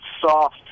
soft